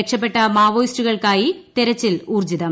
രക്ഷപ്പെട്ട മാവോയിസ്റ്റുകൾക്കായി തെരച്ചിൽ ഊൌർജ്ജിതം